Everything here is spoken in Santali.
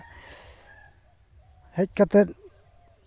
ᱦᱮᱡ ᱠᱟᱛᱮ